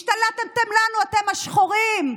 השתלטתם לנו, אתם השחורים.